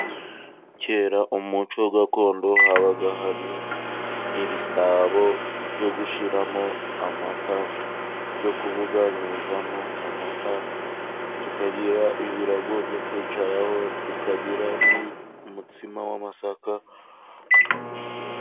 Kera umuco gakondo habaga hariho ibisabo byo gushyiramo amata, yo kubuganyirizamo amata tukagira ibirago byo kwicaraho, tukagira n'umutsima w'amasaka.